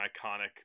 iconic